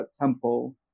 temple